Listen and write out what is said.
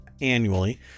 annually